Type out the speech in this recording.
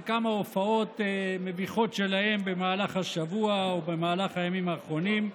לכמה הופעות מביכות שלהם במהלך השבוע ובמהלך הימים האחרונים.